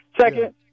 Second